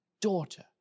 Daughter